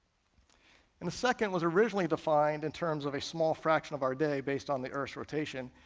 and a second was originally defined in terms of a small fraction of our day based on the earth's rotation.